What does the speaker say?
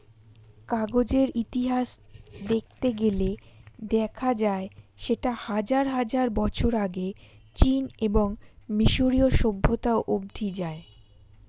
কাগজের ইতিহাস দেখতে গেলে দেখা যায় সেটা হাজার হাজার বছর আগে চীন এবং মিশরীয় সভ্যতা অবধি যায়